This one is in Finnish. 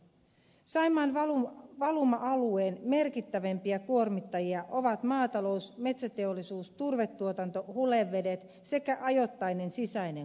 saimaan valuma alueen merkittävimpiä kuormittajia ovat maatalous metsäteollisuus turvetuotanto hulevedet sekä ajoittainen sisäinen kuormitus